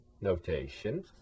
notation